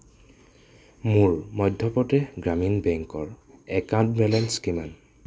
মোৰ মধ্য প্ৰদেশ গ্ৰামীণ বেংকৰ একাউণ্টৰ বেলেঞ্চ কিমান